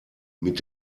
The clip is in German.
mit